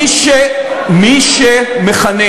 מי שמכנה